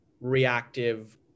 reactive